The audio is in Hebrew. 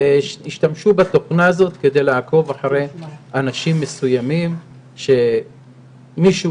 השתמשו בתוכנה כדי לעקוב אחר אנשים מסוימים שמישהו